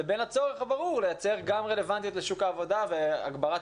לבין הצורך הברור לייצר גם רלוונטיות לשוק העבודה והגברת